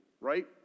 right